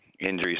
injuries